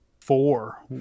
Four